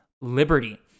Liberty